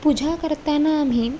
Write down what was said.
पूजा करताना आम्ही